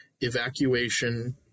evacuation